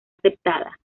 aceptada